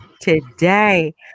today